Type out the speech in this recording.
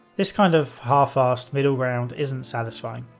this kind of half-arsed middle-ground isn't satisfying.